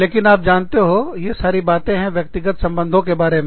लेकिन आप जानते हो यही सारी बातें हैं व्यक्तिगत संबंधों के बारे में